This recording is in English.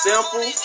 Simple